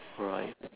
alright